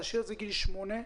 להאיר גיל שמונה,